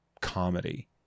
comedy